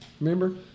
Remember